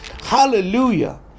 Hallelujah